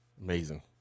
Amazing